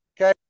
Okay